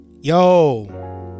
Yo